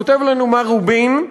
כתב לנו מר רובין: